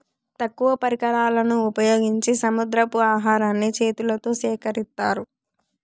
తక్కువ పరికరాలను ఉపయోగించి సముద్రపు ఆహారాన్ని చేతులతో సేకరిత్తారు